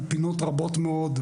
על פינות רבות מאוד,